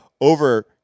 over